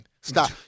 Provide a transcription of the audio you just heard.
Stop